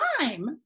time